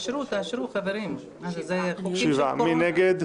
מי נגד?